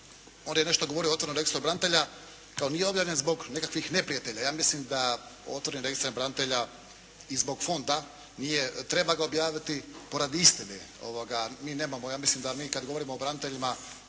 on je nešto govorio o registru branitelja … /Ne razumije se./ … nekakvih neprijatelja ja mislim da otvoren registar branitelja i zbog fonda treba ga objaviti poradi istine, mi nemamo, ja mislim da mi kada govorimo o braniteljima